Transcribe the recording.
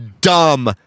dumb